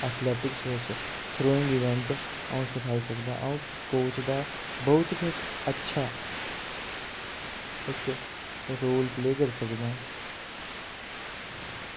athletics विच throwing event अ'ऊं सखाई सकदा अं'ऊ कोच दा बहुत गै इक अच्छा इक रोल प्ले करी सकदा ऐं